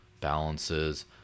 balances